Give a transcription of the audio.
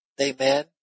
Amen